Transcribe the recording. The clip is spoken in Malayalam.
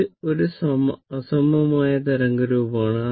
ഇത് ഒരു അസമമായ തരംഗ രൂപമാണ്